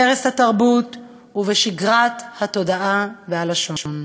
בערש התרבות ובשגרת התודעה והלשון.